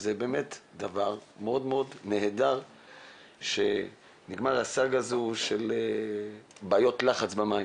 וזה באמת דבר מאוד נהדר שנגמרה הסאגה של בעיות לחץ במים